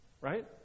right